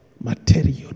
material